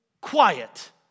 Quiet